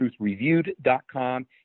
truthreviewed.com